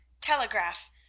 telegraph